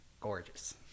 gorgeous